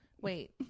Wait